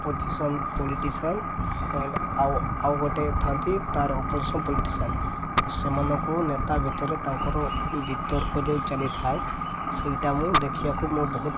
opposition politician and ଆଉ ଆଉ ଗୋଟେ ଥାଆନ୍ତି ତା'ର ଅପୋଜିସନ୍ ପଲିଟିସିଆନ୍ ତ ସେମାନଙ୍କୁ ନେତା ଭିତରେ ତାଙ୍କର ବିତର୍କ ଯେଉଁ ଚାଲିଥାଏ ସେଇଟା ମୁଁ ଦେଖିବାକୁ ମୁଁ ବହୁତ